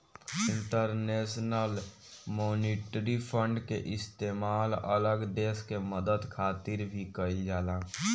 international monetary fund के इस्तेमाल अलग देश के मदद खातिर भी कइल जाला